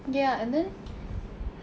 ya and then